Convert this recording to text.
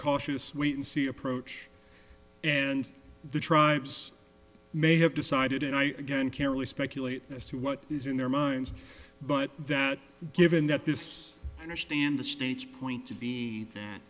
cautious wait and see approach and the tribes may have decided and i again carefully speculate as to what is in their minds but that given that this understand the state's point to be th